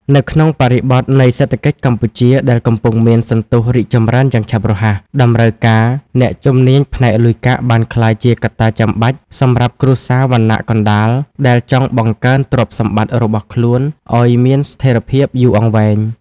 នៅក្នុងបរិបទនៃសេដ្ឋកិច្ចកម្ពុជាដែលកំពុងមានសន្ទុះរីកចម្រើនយ៉ាងឆាប់រហ័ស តម្រូវការអ្នកជំនាញផ្នែកលុយកាក់បានក្លាយជាកត្តាចាំបាច់សម្រាប់គ្រួសារវណ្ណៈកណ្ដាលដែលចង់បង្កើនទ្រព្យសម្បត្តិរបស់ខ្លួនឱ្យមានស្ថិរភាពយូរអង្វែង។